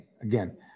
again